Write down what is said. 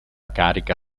carica